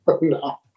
No